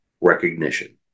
recognition